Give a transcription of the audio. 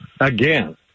Again